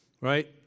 right